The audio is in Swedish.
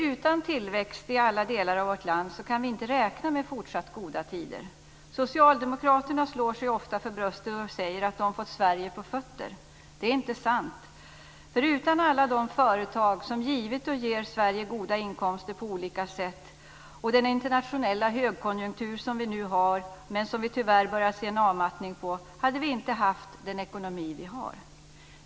Utan tillväxt i alla delar av vårt land kan vi inte räkna med fortsatt goda tider. Socialdemokraterna slår sig ofta för bröstet och säger att de fått Sverige på fötter. Det är inte sant, för utan alla de företag som givit och ger Sverige goda inkomster på olika sätt och den internationella högkonjunktur som vi nu har men som vi tyvärr börjar se en avmattning på hade vi inte haft den ekonomi vi har.